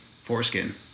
foreskin